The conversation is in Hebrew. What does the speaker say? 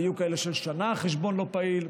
ויהיו כאלה ששנה החשבון לא פעיל.